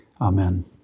Amen